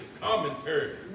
commentary